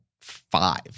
five